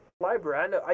Library